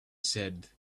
said